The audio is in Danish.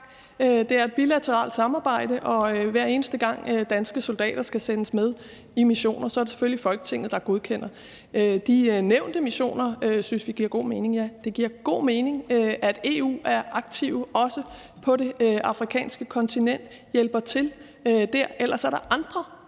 Det er et bilateralt samarbejde, og hver eneste gang danske soldater skal sendes med i missioner, er det selvfølgelig Folketinget, der godkender det. Ja, vi synes, at de nævnte missioner giver god mening. Det giver god mening, at EU også er aktiv på det afrikanske kontinent og hjælper til der, for ellers er der andre